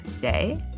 Day